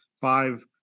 five